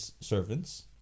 servants